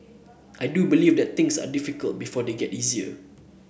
I do believe that things are difficult before they get easier